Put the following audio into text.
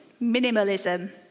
minimalism